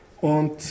Und